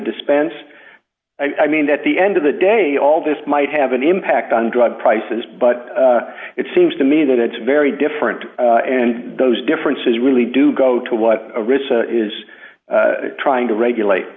dispense i mean at the end of the day all this might have an impact on drug prices but it seems to me that it's very different and those differences really do go to what a risk is trying to regulate